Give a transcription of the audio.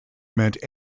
meant